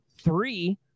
three